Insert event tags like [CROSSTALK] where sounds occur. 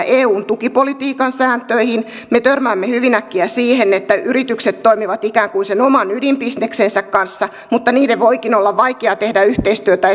[UNINTELLIGIBLE] eun tukipolitiikan sääntöihin me törmäämme hyvin äkkiä siihen että yritykset toimivat ikään kuin sen oman ydinbisneksensä kanssa mutta niiden voikin olla vaikeaa tehdä yhteistyötä [UNINTELLIGIBLE]